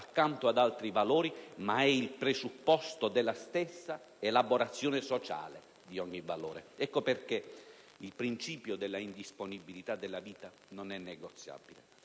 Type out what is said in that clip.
accanto ad altri valori ma è il presupposto della stessa elaborazione sociale di ogni valore. Ecco perché il principio dell'indisponibilità della vita non è negoziabile,